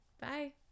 Bye